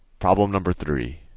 problem number three.